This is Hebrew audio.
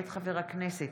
מאת חברי הכנסת